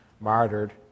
martyred